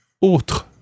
autre